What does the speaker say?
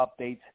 updates